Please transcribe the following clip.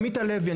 עמית הלוי,